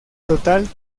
total